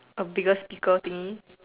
a bigger speaker thingy